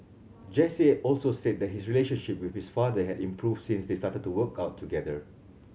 Jesse also said that his relationship with his father had improved since they started to work out together